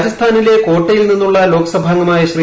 രാജസ്ഥാനിലെ കോട്ടയിൽ നിന്നുള്ള ലോക്സഭാംഗമായ ശ്രീ